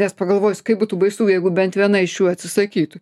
nes pagalvojus kaip būtų baisu jeigu bent viena iš jų atsisakytų